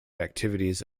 activities